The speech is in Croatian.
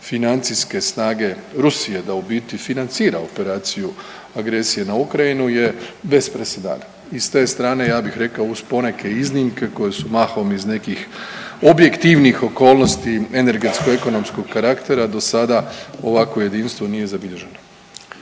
financijske snage Rusije, da u biti financira operaciju agresije na Ukrajinu je bez presedana i s te strane, ja bih rekao uz poneke iznimke koje su mahom iz nekih objektivnih okolnosti energetsko-ekonomskog karaktera do sada, ovakvo jedinstvo nije zabilježeno.